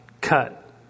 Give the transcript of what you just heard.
cut